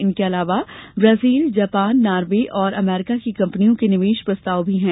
इनके अलावा Brazil Japan Norway और अमेरिका की कंपनियों के निवेश प्रस्ताव भी है